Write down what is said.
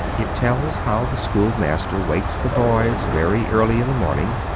it tells how the schoolmaster wakes the boys very early in the morning.